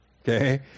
Okay